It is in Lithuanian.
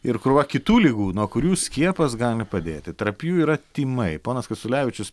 ir krūva kitų ligų nuo kurių skiepas gali padėti tarp jų yra tymai ponas kasiulevičius